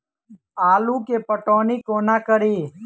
आलु केँ पटौनी कोना कड़ी?